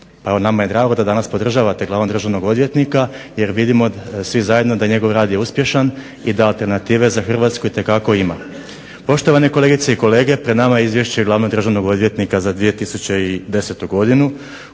Evo nama je drago da danas podržavate glavnog državnog odvjetnika jer vidimo svi zajedno da je njegov rad uspješan i da alternative za Hrvatsku itekako ima. Poštovane kolegice i kolege, pred nama je Izvješće glavnog državnog odvjetnika za 2010. godinu.